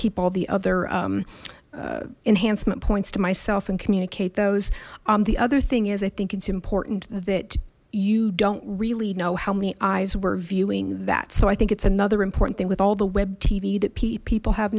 keep all the other enhancement points to myself and communicate those the other thing is i think it's important that you don't really know how many eyes were viewing that so i think it's another important thing with all the web tv that people have